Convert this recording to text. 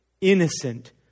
innocent